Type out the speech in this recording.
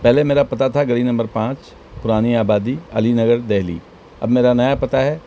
پہلے میرا پتہ تھا گلی نمبر پانچ پرانی آبادی علی نگر دہلی اب میرا نیا پتہ ہے